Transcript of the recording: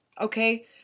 Okay